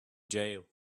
jail